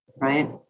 right